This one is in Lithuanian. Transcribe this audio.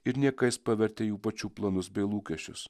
ir niekais pavertė jų pačių planus bei lūkesčius